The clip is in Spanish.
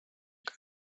que